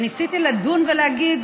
וניסיתי לדון ולהגיד,